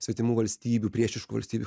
svetimų valstybių priešiškų valstybių